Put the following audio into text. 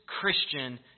Christian